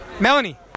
Melanie